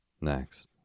Next